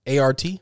ART